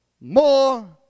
more